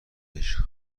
عشق